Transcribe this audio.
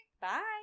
bye